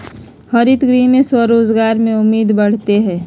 हरितगृह से स्वरोजगार के उम्मीद बढ़ते हई